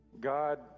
God